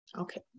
Okay